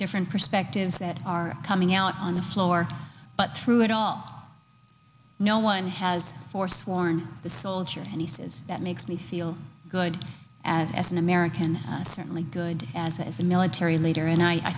different perspectives that are coming out on the floor but through it all no one has forsworn the soldier and he says that makes me feel good as an american certainly good as a as a military leader and i